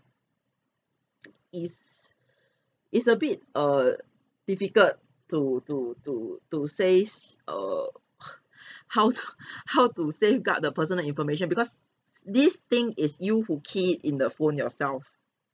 is is a bit err difficult to to to to says err how to how to safeguard the personal information because this thing is you who key it in the phone yourself